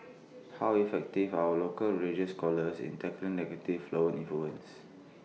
how effective are our local religious scholars in tackling negative foreign influences